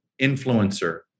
influencer